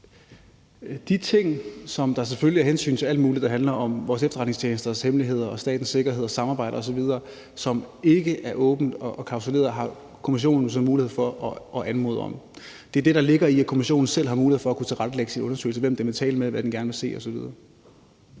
De ting, der handler om alt muligt som hensynet til vores efterretningstjenestes hemmeligheder og statens sikkerhed og samarbejde osv., som ikke er åbent og klausuleret, har kommissionen jo så en mulighed for at anmode om. Det er det, der ligger i det, at kommissionen selv har mulighed for at kunne tilrettelægge sin undersøgelse, og hvem den vil tale med, og hvad den gerne vil se, osv.